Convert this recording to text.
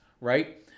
right